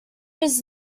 his